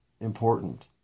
important